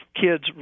kids